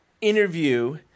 interview